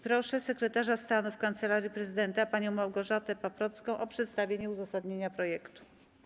Proszę sekretarz stanu w Kancelarii Prezydenta panią Małgorzatę Paprocką o przedstawienie uzasadnienia projektu.